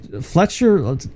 Fletcher